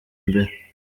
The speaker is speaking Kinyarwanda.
imbere